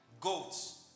goats